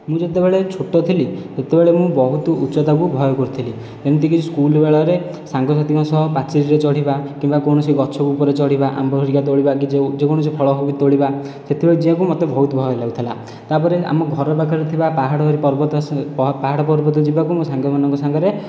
ମୁଁ ଯେତେବେଳେ ଛୋଟ ଥିଲି ସେତେବେଳେ ମୁଁ ବହୁତ ଉଚ୍ଚତାକୁ ଭୟ କରୁଥିଲି ଏମତି କି ସ୍କୁଲ ବେଳରେ ସାଙ୍ଗସାଥିଙ୍କ ସହ ପାଚେରୀରେ ଚଢ଼ିବା କିମ୍ବା କୌଣସି ଗଛ ଉପରେ ଚଢ଼ିବା ଆମ୍ବ ହେରିକା ତୋଳିବା କି ଯେକୌଣସି ଫଳ ହେଉ ତୋଳିବା ସେତେବେଳେ ଯିବାକୁ ମୋତେ ବହୁତ ଭୟ ଲାଗୁଥିଲା ତା'ପରେ ଆମ ଘର ପାଖରେ ଥିବା ପାହାଡ଼ ପର୍ବତ ପାହାଡ଼ ପର୍ବତକୁ ଯିବାକୁ ମୋ ସାଙ୍ଗମାନଙ୍କ ସାଙ୍ଗରେ